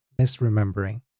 misremembering